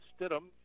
Stidham